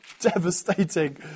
devastating